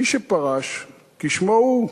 מי שפרש, כשמו הוא,